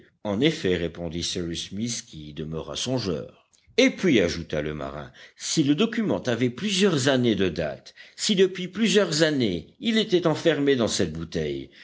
en effet répondit cyrus smith qui demeura songeur et puis ajouta le marin si le document avait plusieurs années de date si depuis plusieurs années il était enfermé dans cette bouteille